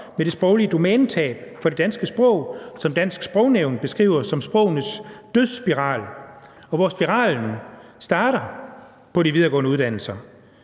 med det sproglige domænetab for det danske sprog, som Dansk Sprognævn beskriver som sprogenes dødsspiral – og hvor spiralen starter på de videregående uddannelser.